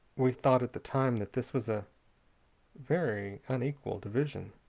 we thought at the time that this was a very unequal division,